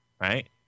right